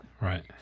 Right